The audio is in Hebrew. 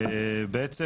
בעצם,